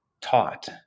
taught